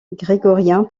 grégorien